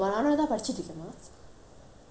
it's my final year you want me to play ah